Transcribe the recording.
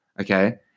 Okay